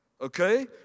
Okay